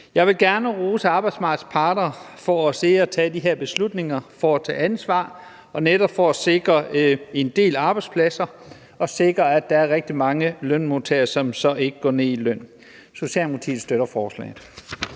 Jeg vil gerne rose arbejdsmarkedets parter for at have siddet og taget de her beslutninger og for at tage ansvar og netop sikre en del arbejdspladser og sikre, at der er rigtig mange lønmodtagere, som så ikke går ned i løn. Socialdemokratiet støtter forslaget.